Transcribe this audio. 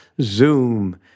Zoom